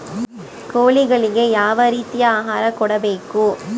ಕೋಳಿಗಳಿಗೆ ಯಾವ ರೇತಿಯ ಆಹಾರ ಕೊಡಬೇಕು?